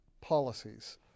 policies